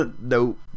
Nope